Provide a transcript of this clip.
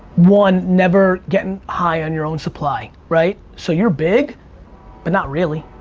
one, never get and high on your own supply, right? so you're big but not really.